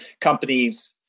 companies